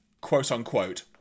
quote-unquote